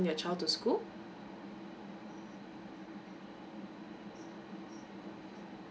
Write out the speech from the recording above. your child to school